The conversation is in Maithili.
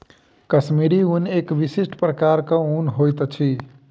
कश्मीरी ऊन एक विशिष्ट प्रकारक ऊन होइत अछि